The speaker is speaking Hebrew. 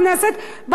ברוך השם,